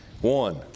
One